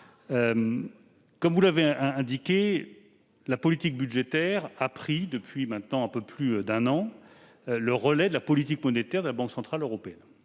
Comme vous l'avez indiqué, la politique budgétaire a pris depuis maintenant un peu plus d'un an le relais de la politique monétaire de la BCE. C'est ce qui nous